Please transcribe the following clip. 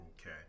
Okay